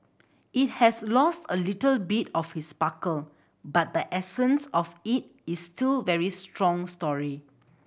it has lost a little bit of its sparkle but the essence of it is still very strong story